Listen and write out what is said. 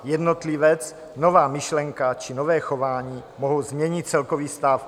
Jednotlivec, nová myšlenka či nové chování mohou změnit celkový stav.